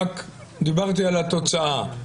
דיברתי על התוצאה.